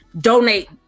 donate